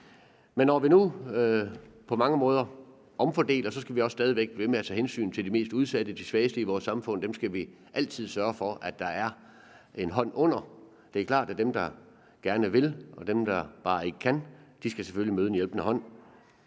Men når vi nu på mange måder omfordeler, skal vi også stadig væk blive ved med at tage hensyn til de mest udsatte, de svageste i vores samfund; dem skal vi altid sørge for at der er en hånd under. Det er klart, at dem, der gerne vil, og dem, der bare ikke kan, selvfølgelig skal møde en hjælpende hånd.